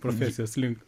profesijos link